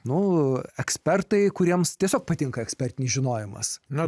nu ekspertai kuriems tiesiog patinka ekspertinis žinojimas na